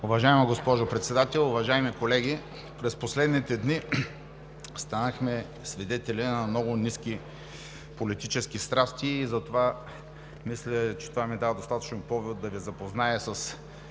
Уважаема госпожо Председател, уважаеми колеги! През последните дни станахме свидетели на много ниски политически страсти и затова мисля, че това ми дава достатъчно повод да Ви запозная